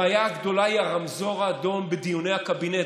הבעיה הגדולה היא הרמזור האדום בדיוני הקבינט,